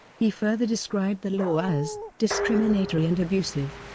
he further described the law as discriminatory and abusive.